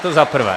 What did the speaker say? To za prvé.